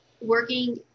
working